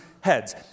heads